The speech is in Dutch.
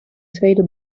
tweede